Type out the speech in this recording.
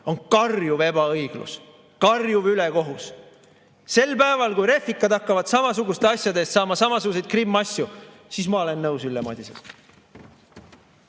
on karjuv ebaõiglus, karjuv ülekohus. Sel päeval, kui refikad hakkavad samasuguste asjade eest saama samasuguseid krimmasju, siis ma olen nõus Ülle Madisega.